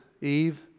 Eve